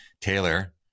Taylor